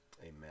Amen